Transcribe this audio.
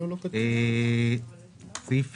בכל המקרים כאשר אנחנו עושים חקיקה ומביאים את סעיף